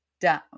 down